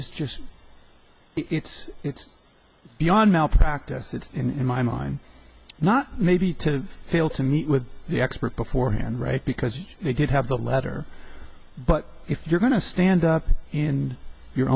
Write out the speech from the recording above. is just it's it's beyond malpractise it's in my mind not maybe to fail to meet with the expert beforehand right because they did have the letter but if you're going to stand up in you